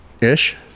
Ish